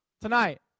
Tonight